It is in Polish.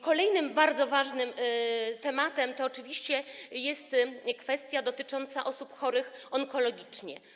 Kolejnym bardzo ważnym tematem jest oczywiście kwestia dotycząca osób chorych onkologicznie.